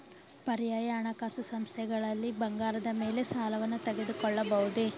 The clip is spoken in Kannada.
ಪರ್ಯಾಯ ಹಣಕಾಸು ಸಂಸ್ಥೆಗಳಲ್ಲಿ ಬಂಗಾರದ ಮೇಲೆ ಸಾಲವನ್ನು ತೆಗೆದುಕೊಳ್ಳಬಹುದೇ?